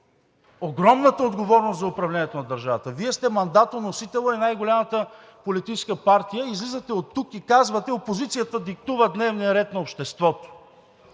огромната отговорност за управлението на държавата. Вие сте мандатоносителят и най-голямата политическа партия. Излизате от тук и казвате: опозицията диктува дневния ред на обществото.